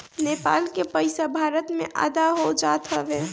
नेपाल के पईसा भारत में आधा हो जात हवे